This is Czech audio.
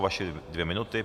Vaše dvě minuty.